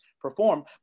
perform